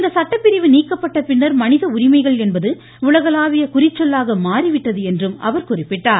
இந்த சட்டப்பிரிவு நீக்கப்பட்ட பின்னர் மனித உரிமைகள் என்பது உலகளாவிய குறிச்சொல்லாக மாறிவிட்டது என்றும் அவர் குறிப்பிட்டார்